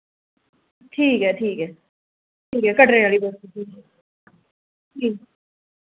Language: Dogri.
ठीक ऐ ठीक ऐ ठीक ऐ कटरे आह्ली ठीक ऐ